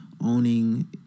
owning